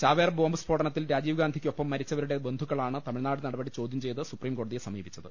ചാവേർ ബോംബ് സ്ഫോടനത്തിൽ രാജീവ്ഗാന്ധിക്കൊപ്പം മരിച്ചവരുടെ ബന്ധുക്കളാണ് തമിഴ്നാട് നടപടി ചോദ്യംചെയ്ത് സുപ്രീംകോടതിയെ സമീപ്പിച്ചത്